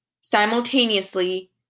simultaneously